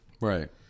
right